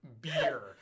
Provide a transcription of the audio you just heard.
beer